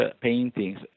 paintings